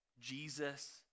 Jesus